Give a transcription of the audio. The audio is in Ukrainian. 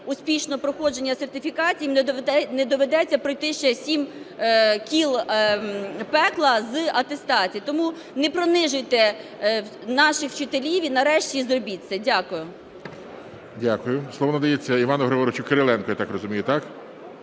успішного проходження сертифікації, їм не доведеться пройти ще сім кіл пекла з атестації. Тому не принижуйте наших вчителів і нарешті зробіть це. Дякую. ГОЛОВУЮЧИЙ. Дякую. Слово надається Івану Григоровичу Кириленку, я так розумію. Ви